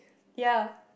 ya